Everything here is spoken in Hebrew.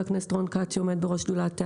הכנסת רון כץ שעומד בראש שדולת ההיי-טק.